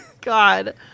God